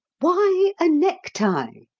why a necktie?